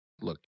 look